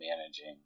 managing